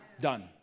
Done